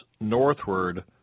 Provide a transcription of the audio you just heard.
northward